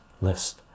list